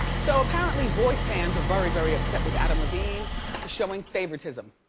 so, apparently voice fans are very, very upset with adam levine for showing favoritism.